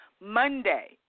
Monday